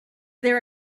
there